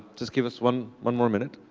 just give us one one more minute.